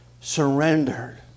surrendered